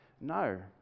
No